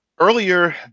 Earlier